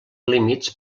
límits